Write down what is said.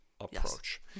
approach